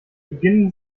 beginnen